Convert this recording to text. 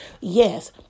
Yes